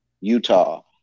Utah